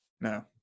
No